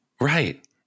Right